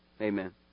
Amen